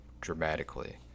dramatically